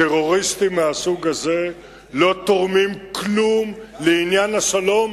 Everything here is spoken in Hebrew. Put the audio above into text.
טרוריסטים מהסוג הזה לא תורמים כלום לעניין השלום,